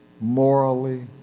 morally